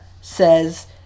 says